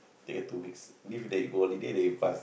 take a two week leave then you go holiday then you pass